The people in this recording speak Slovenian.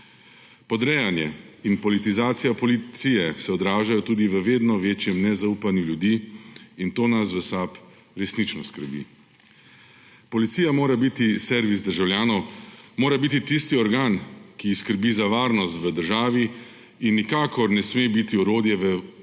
Podrejanje in politizacija policije se odražajo tudi v vedno večjem nezaupanju ljudi, in to nas v SAB resnično skrbi. Policija mora biti servis državljanov, mora biti tisti organ, ki skrbi za varnost v državi in nikakor ne sme biti orodje v rokah